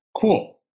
cool